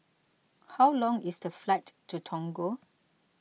how long is the flight to Togo